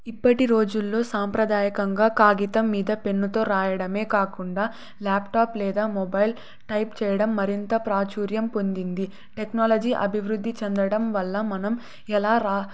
ఇప్పటి రోజుల్లో సాంప్రదాయకంగా కాగితం మీద పెన్నుతో రాయడమే కాకుండా ల్యాప్టాప్ లేదా మొబైల్ టైప్ చేయడం మరింత ప్రాచుర్యం పొందింది టెక్నాలజీ అభివృద్ధి చెందడం వల్ల మనం ఎలా